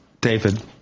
David